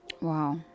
Wow